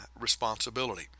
responsibility